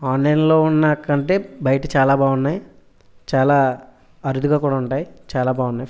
ఆన్లైన్లో ఉన్నాకంటే బయట చాలా బాగున్నాయి చాలా అరుదుగా కూడా ఉంటాయి చాలా బాగున్నాయి